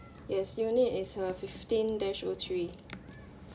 yes unit is uh fifteen dash o three